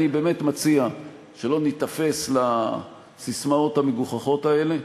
אני באמת מציע שלא ניתפס לססמאות המגוחכות האלה,